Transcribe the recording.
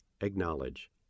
Acknowledge